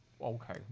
Okay